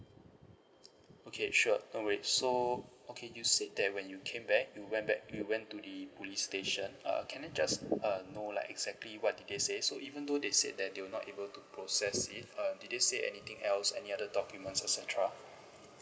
okay sure no worries so okay you said that when you came back you went back you went to the police station uh can I just uh know like exactly what did they say so even though they said that they were not able to process it uh did they say anything else any other documents et cetera